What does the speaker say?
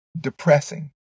depressing